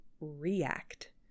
react